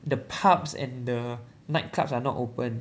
the pubs and the nightclubs are not open